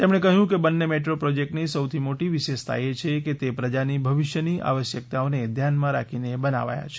તેમણે કહ્યું કે બંને મેટ્રો પ્રોજેક્ટની સૌથી મોટી વિશેષતા એ છે કે તે પ્રજાની ભવિષ્યની આવશ્યકતાઓને ધ્યાનમાં રાખીને બનાવાયા છે